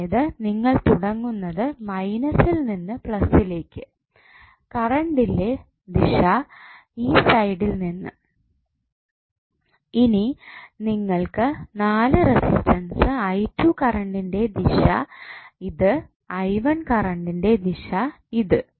അതായത് നിങ്ങൾ തുടങ്ങുന്നത് മൈനസ് ഇൽ നിന്ന് പ്ലസ് ലേക്ക് കറണ്ടിന്റെ ദിശ ഈ സൈഡിൽ നിന്ന് ഇനി നിങ്ങൾക്ക് 4 റെസിസ്റ്റൻസ് കറണ്ടിന്റെ ദിശ ഇത് കറണ്ടിന്റെ ദിശ ഇത്